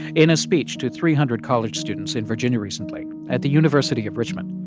in a speech to three hundred college students in virginia recently at the university of richmond,